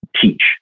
teach